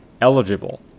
eligible